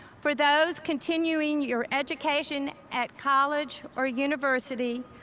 for those continuing your education at college or university,